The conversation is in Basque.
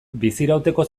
bizirauteko